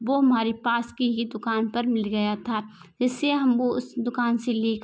वो हमारे पास की ही दुकान पर मिल गया था इसे हम वो उस दुकान से ले कर